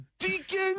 Deacon